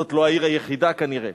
זאת לא העיר היחידה כנראה,